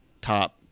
Top